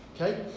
Okay